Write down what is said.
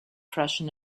freshen